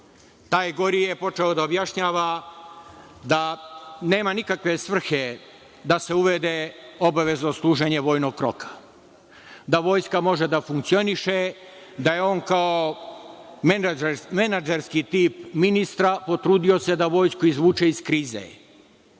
gori je počeo da objašnjava da nema nikakve svrhe da se uvede obavezno služenje vojnog roka, da Vojska može da funkcioniše, da je on kao menadžerski tip ministra potrudio se da Vojsku izvuče iz krize.